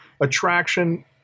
attraction